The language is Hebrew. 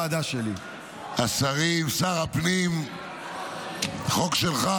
השרים, שר הפנים, חוק שלך,